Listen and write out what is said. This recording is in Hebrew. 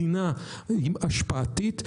מדינה השפעתית.